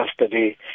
yesterday